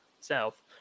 south